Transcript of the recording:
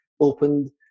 opened